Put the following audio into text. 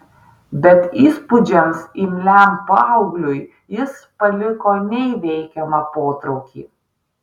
bet įspūdžiams imliam paaugliui jis paliko neįveikiamą potraukį